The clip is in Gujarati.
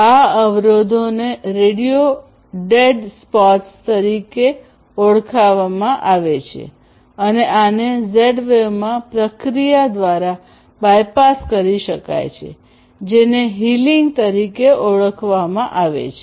આ અવરોધોને રેડિયો ડેડ સ્પોટ્સ તરીકે ઓળખવામાં આવે છે અને આને ઝેડ વેવમાં પ્રક્રિયા દ્વારા બાયપાસ કરી શકાય છે જેને હીલિંગ તરીકે ઓળખવામાં આવે છે